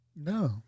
No